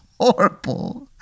horrible